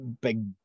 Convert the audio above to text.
big